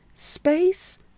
space